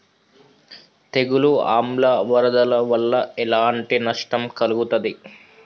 తెగులు ఆమ్ల వరదల వల్ల ఎలాంటి నష్టం కలుగుతది?